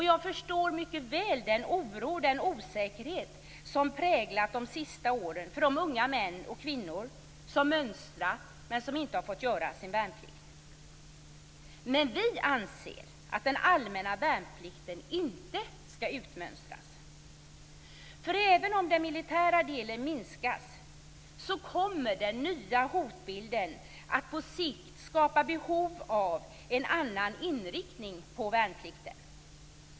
Jag förstår mycket väl den oro och den osäkerhet som präglat de senaste åren för de unga män och kvinnor som mönstrat men som inte har fått göra sin värnplikt. Vi anser att den allmänna värnplikten inte skall utmönstras. Även om den militära delen minskas kommer den nya hotbilden på sikt att skapa behov av en annan inriktning på värnplikten.